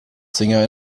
singer